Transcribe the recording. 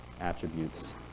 attributes